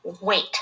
wait